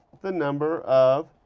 the number of